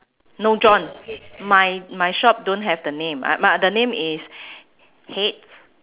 no john my my shop don't have the name my my the name is heads